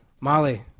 Molly